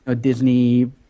Disney